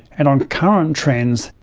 and on current trends,